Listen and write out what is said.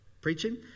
preaching